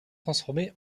transformée